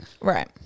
Right